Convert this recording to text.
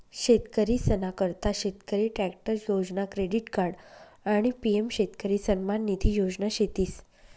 शेतकरीसना करता शेतकरी ट्रॅक्टर योजना, क्रेडिट कार्ड आणि पी.एम शेतकरी सन्मान निधी योजना शेतीस